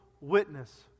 witness